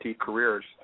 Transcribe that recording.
careers